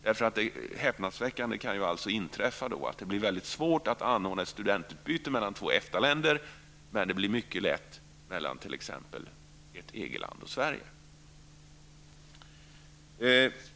Annars kan det häpnadsväckande inträffa att det blir mycket svårt att anordna ett studentutbyte mellan två EFTA-länder men mycket lätt mellan t.ex. ett EG-land och Sverige.